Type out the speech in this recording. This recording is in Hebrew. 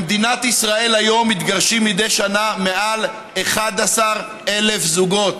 במדינת ישראל היום מתגרשים מדי שנה מעל 11,000 זוגות.